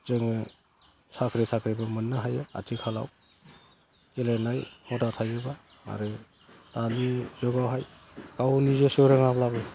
जोङो साख्रि थाख्रिबो मोननो हायो आथिखालाव गेलेनाय हुदा थायोबा आरो दानि जुगावहाय गाव निजे रोङाब्लाबो